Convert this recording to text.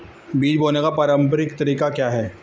बीज बोने का पारंपरिक तरीका क्या है?